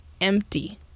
empty